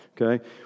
Okay